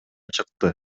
чыкты